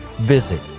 Visit